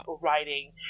writing